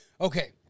Okay